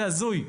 זה הזוי,